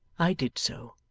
i did so.